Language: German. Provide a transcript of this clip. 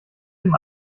dem